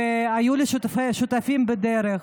היו לי שותפים בדרך.